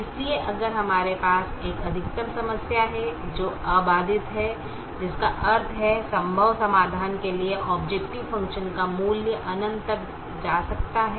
इसलिए अगर हमारे पास एक अधिकतम समस्या है जो अबाधित है जिसका अर्थ है संभव समाधान के लिए ऑबजेकटिव फ़ंक्शन का मूल्य अनंत तक जा सकता है